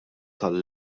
tal